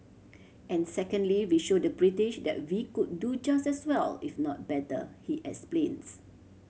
and secondly we showed the British that we could do just as well if not better he explains